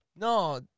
No